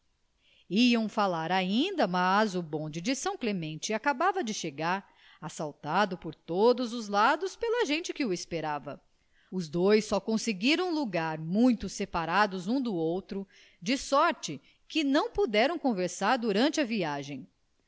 iam falar ainda mas o bonde de são clemente acabava de chegar assaltado por todos os lados pela gente que o esperava os dois só conseguiram lugar muito separados um do outro de sorte que não puderam conversar durante a viagem